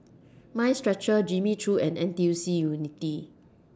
Mind Stretcher Jimmy Choo and N T U C Unity